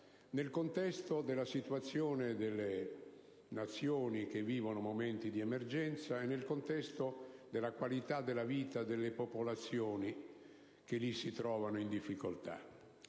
nel contesto della situazione delle Nazioni che vivono momenti di emergenza e nel contesto della qualità della vita delle popolazioni che lì si trovano in difficoltà.